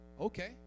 Okay